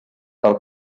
tal